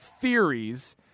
theories